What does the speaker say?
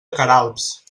queralbs